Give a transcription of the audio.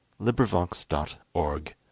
LibriVox.org